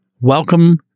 welcome